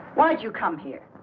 why did you come here.